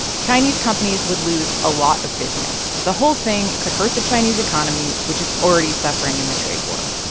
chinese companies would lose a lot of business. the whole thing could hurt the chinese economy, which is already suffering in the trade were